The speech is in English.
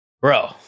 Bro